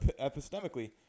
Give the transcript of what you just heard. epistemically